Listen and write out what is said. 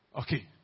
Okay